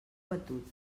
batut